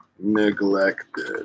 neglected